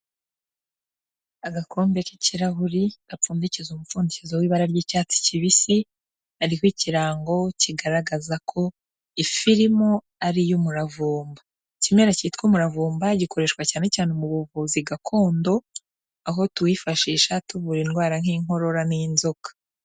Agakombe k'ikirahuri, gapfundikije umupfundikizo w'ibara ry'icyatsi kibisi, hariho ikirango kigaragaza ko ifu irimo ari iy'umuravumba. Ikimera cyitwa umuravumba, gikoreshwa cyane cyane mu buvuzi gakondo, aho tuwifashisha tuvura indwara nk'inkororano n'inzoka.